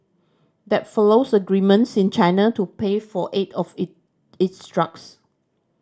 that follows agreements in China to pay for eight of it its drugs